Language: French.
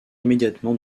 immédiatement